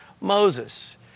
Moses